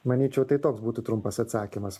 manyčiau tai toks būtų trumpas atsakymas